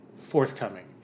forthcoming